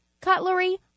cutlery